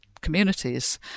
communities